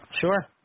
Sure